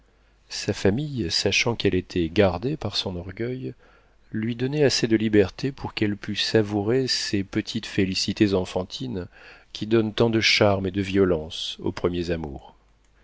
sa famille sachant qu'elle était gardée par son orgueil lui donnait assez de liberté pour qu'elle pût savourer ces petites félicités enfantines qui donnent tant de charme et de violence aux premières amours